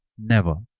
never,